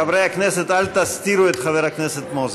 חברי הכנסת, אל תסתירו את חבר הכנסת מוזס.